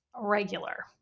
regular